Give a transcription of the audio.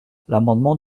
l’amendement